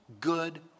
good